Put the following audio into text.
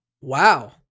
Wow